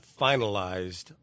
finalized